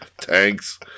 tanks